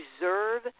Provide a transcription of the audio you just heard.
Reserve